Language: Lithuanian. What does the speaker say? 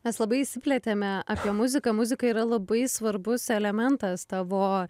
mes labai išsiplėtėme apie muziką muzika yra labai svarbus elementas tavo